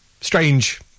strange